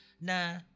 na